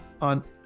on